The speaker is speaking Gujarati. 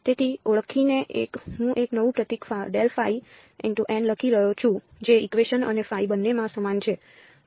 તેથી ઓળખીને કે હું એક નવું પ્રતીક લખી રહ્યો છું જે ઇકવેશન અને બંનેમાં સમાન છે